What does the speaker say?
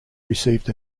received